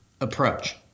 approach